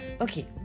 Okay